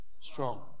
strong